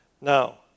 Now